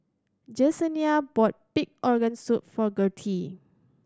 Jesenia bought pig organ soup for Gertie